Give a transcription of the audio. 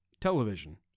television